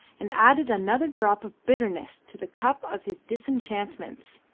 and added another drop of bitterness to the cup of his disenchantments.